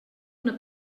una